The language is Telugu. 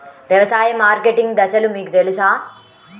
వ్యవసాయ మార్కెటింగ్ దశలు మీకు తెలుసా?